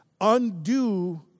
undo